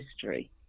history